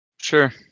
sure